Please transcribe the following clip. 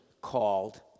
called